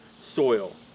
soil